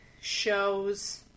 shows